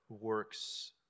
works